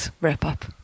wrap-up